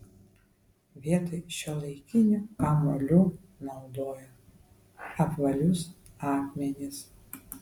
vietoj šiuolaikinių kamuolių naudojo apvalius akmenis